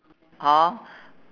hor